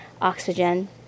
oxygen